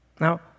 Now